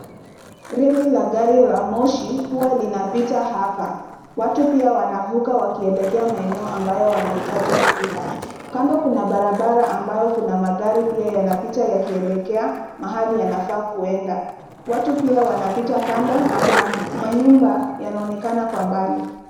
Reli la gari la moshi huwa linapita hapa. Watu pia wanavuka wakielekea maeneo ambayo wanahitaji kufika. Kando kuna barabara ambayo kuna magari pia yanapita yakielekea mahali yanafaa kuenda. Watu pia wanapita kando na kuna manyumba yanaonekana kwa mbali.